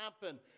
happen